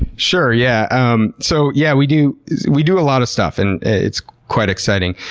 sure, yeah. um so yeah we do we do a lot of stuff and it's quite exciting.